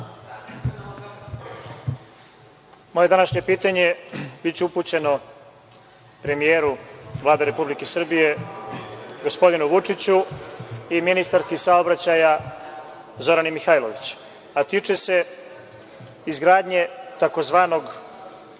Moje današnje pitanje biće upućeno premijeru Vlade Republike Srbije, gospodinu Vučiću i ministarki saobraćaja Zorani Mihajlović. Tiče se izgradnje tzv.